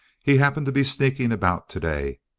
he happened to be sneaking about to-day,